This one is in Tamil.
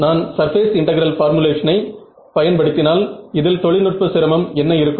நான் சர்பேஸ் இன்டெகிரல் பார்முலேஷனை பயன் பயன்படுத்தினால் இதில் தொழில்நுட்ப சிரமம் என்ன இருக்கும்